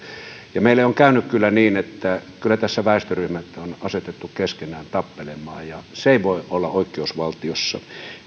niin meille on käynyt kyllä niin että kyllä tässä väestöryhmät on asetettu keskenään tappelemaan ja se ei voi olla oikeusvaltiossa